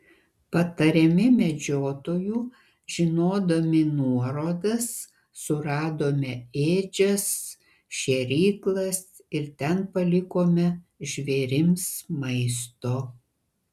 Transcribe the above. patariami medžiotojų žinodami nuorodas suradome ėdžias šėryklas ir ten palikome žvėrims maisto